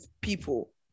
people